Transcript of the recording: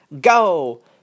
Go